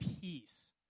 peace